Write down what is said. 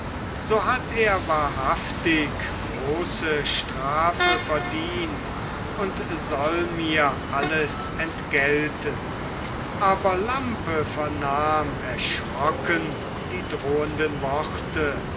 so hat er wahrhaftig große strafe verdient und soll mir alles entgelten aber lampe vernahm erschrocken die drohenden worte